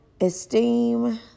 esteem